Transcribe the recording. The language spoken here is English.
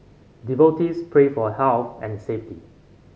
devotees pray for health and safety